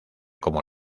como